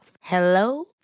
Hello